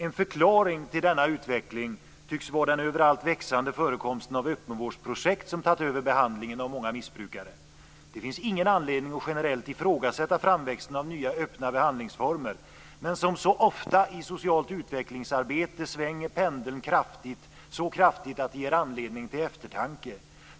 En förklaring till denna utveckling tycks vara den överallt växande förekomsten av öppenvårdsprojekt som tagit över behandlingen av många missbrukare. Det finns ingen anledning att generellt ifrågasätta framväxten av nya öppna behandlingsformer men som så ofta i socialt utvecklingsarbete svänger pendeln så kraftigt att det ger anledning till eftertanke.